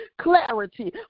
clarity